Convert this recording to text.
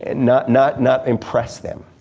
and not not not impress them.